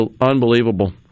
unbelievable